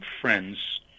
friends